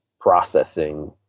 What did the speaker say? processing